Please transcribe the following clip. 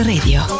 Radio